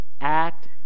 act